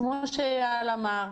כמו שאיל אמר,